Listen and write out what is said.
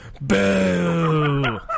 Boo